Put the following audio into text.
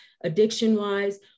addiction-wise